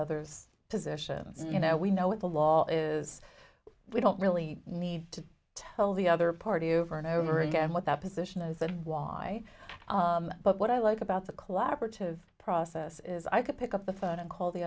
other's positions you know we know what the law is we don't really need to tell the other party over and over again what that position is that why but what i like about the collaborative process is i can pick up the phone and call the